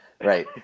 right